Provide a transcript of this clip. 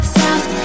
south